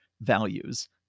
values